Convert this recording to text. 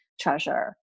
treasure